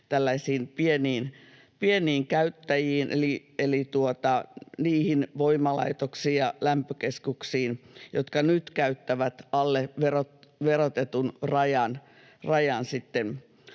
pieniin käyttäjiin eli niihin voimalaitoksiin ja lämpökeskuksiin, jotka nyt käyttävät alle verotetun rajan